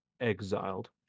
exiled